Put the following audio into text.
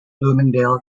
bloomingdale